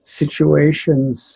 situations